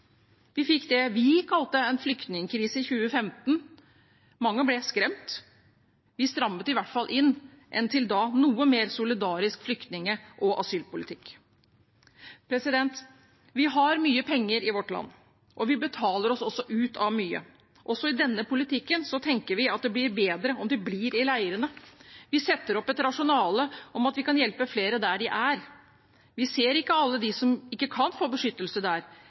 Vi fikk det vi kalte en flyktningkrise i 2015. Mange ble skremt. Vi strammet i hvert fall inn en til da noe mer solidarisk flyktning- og asylpolitikk. Vi har mye penger i vårt land, og vi betaler oss også ut av mye. Også i denne politikken tenker vi at det blir bedre om de blir i leirene. Vi setter opp et rasjonale om at vi kan hjelpe flere der de er. Vi ser ikke alle dem som ikke kan få beskyttelse der,